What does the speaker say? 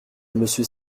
monsieur